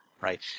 right